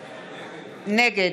באמת?